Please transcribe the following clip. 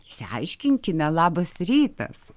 išsiaiškinkime labas rytas